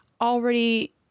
already—